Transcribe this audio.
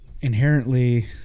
inherently